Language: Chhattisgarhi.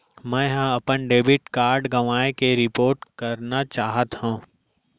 मै हा अपन डेबिट कार्ड गवाएं के रिपोर्ट करना चाहत हव